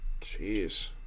Jeez